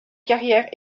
carrière